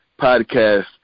podcast